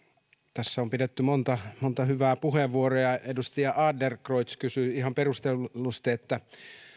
tässä on pidetty monta monta hyvää puheenvuoroa ja edustaja adlercreutz kysyi ihan perustellusti hur